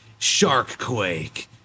sharkquake